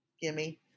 Gimme